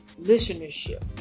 listenership